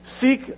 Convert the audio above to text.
seek